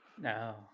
no